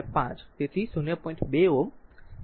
2 mho કારણ કે વ્યસ્ત થશે